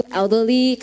elderly